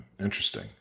Interesting